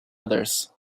others